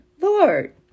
Lord